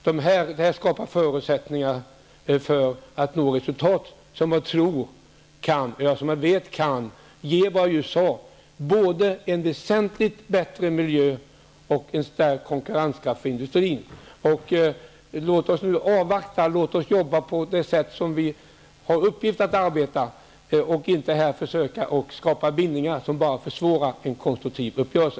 Det skapar förutsättningar för att nå resultat som jag vet kan ge både en väsentligt bättre miljö och en stärkt konkurrenskraft för industrin. Låt oss avvakta och jobba på det sätt som vi har i uppgift att arbeta på och inte här försöka skapa bindningar som bara försvårar en konstruktiv uppgörelse.